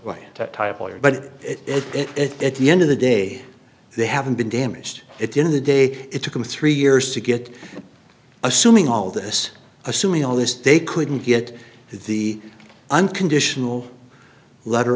it at the end of the day they haven't been damaged it in the day it took them three years to get assuming all this assuming all this they couldn't get the unconditional letter